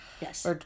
Yes